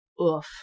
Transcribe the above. Oof